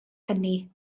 hynny